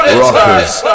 rockers